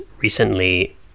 recently